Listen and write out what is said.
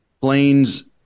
planes